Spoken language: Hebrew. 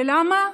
ולמה?